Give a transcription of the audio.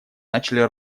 начали